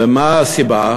ומה הסיבה?